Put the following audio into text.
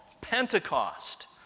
Pentecost